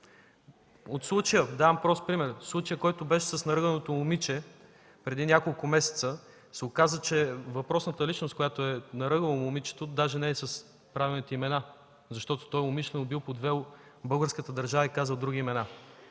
декларация? Давам прост пример: случаят, който беше с наръганото момиче преди няколко месеца. Оказа се, че въпросната личност, която е наръгала момичето, даже не е с правилните имена, защото умишлено е бил подвел българската държава и е казал други имена.